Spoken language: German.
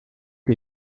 die